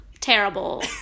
terrible